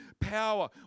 power